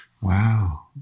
Wow